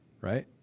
right